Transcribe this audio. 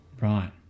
Right